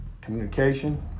Communication